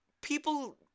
people